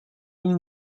این